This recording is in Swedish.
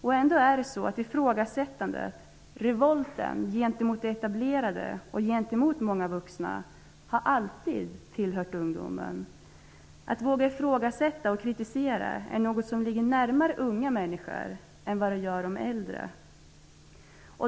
Och ändå är det så att ifrågasättandet, revolten gentemot det etablerade och gentemot många vuxna, alltid har tillhört ungdomen. Att våga ifrågasätta och kritisera är något som ligger närmare unga människor än äldre.